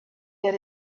that